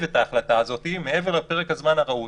את ההחלטה הזאת מעבר לפרק הזמן הראוי.